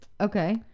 Okay